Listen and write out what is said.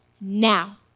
now